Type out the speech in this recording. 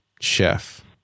chef